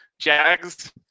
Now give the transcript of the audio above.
Jags